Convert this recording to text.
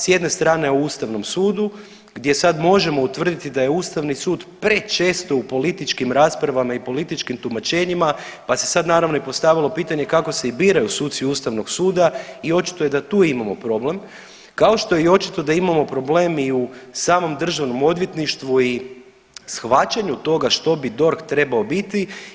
S jedne strane o Ustavnom sudu, gdje sad možemo utvrditi da je Ustavni sud prečesto u političkim raspravama i političkim tumačenjima pa se sad naravno i postavilo pitanje kako se i biraju suci ustavnog suda i očito je da tu imamo problem, kao što je i očito da imamo problem i u samom Državnom odvjetništvu i shvaćanju toga što bi DORH trebao biti.